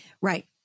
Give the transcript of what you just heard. Right